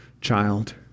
child